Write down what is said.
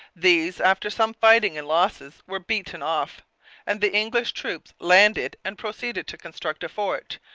these, after some fighting and losses, were beaten off and the english troops landed and proceeded to construct a fort,